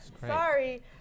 Sorry